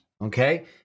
okay